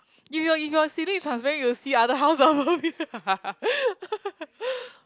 you got you got a ceiling transparent you will see other house above you